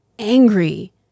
angry